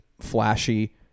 flashy